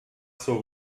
zur